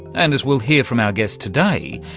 and as we'll hear from our guests today,